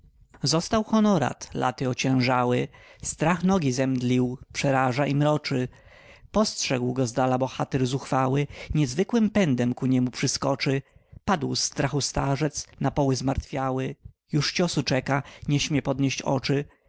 został honorat laty ociężały strach nogi zemdlił strach przeraża mroczy postrzegł go zdala bohatyr zuchwały niezwykłym pędem ku niemu przyskoczy padł z strachu starzec napoły zmartwiały już ciosu czeka nie śmie podnieść oczy